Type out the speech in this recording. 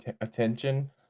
attention